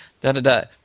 da-da-da